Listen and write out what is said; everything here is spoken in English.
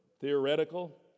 theoretical